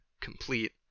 complete